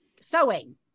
sewing